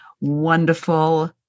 Wonderful